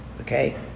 Okay